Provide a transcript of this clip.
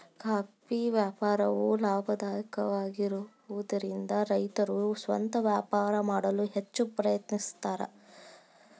coffee ವ್ಯಾಪಾರವು ಲಾಭದಾಯಕವಾಗಿರುವದರಿಂದ ರೈತರು ಸ್ವಂತ ವ್ಯಾಪಾರ ಮಾಡಲು ಹೆಚ್ಚ ಪ್ರಯತ್ನಿಸುತ್ತಾರೆ